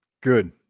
Good